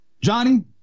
Johnny